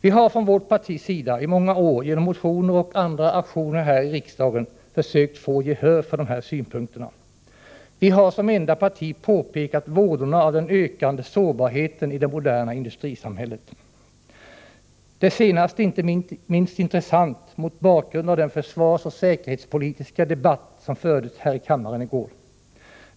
Vi har från vårt partis sida i många år, genom motioner och andra aktioner här i riksdagen, försökt få gehör för de här synpunkterna. Vi har som enda parti påpekat vådorna av den ökande sårbarheten i det moderna industrisamhället. Det senaste är inte minst intressant, mot bakgrund av den försvarsoch säkerhetspolitiska debatt som fördes här i kammaren i går.